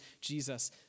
Jesus